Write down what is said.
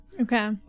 Okay